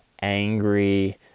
angry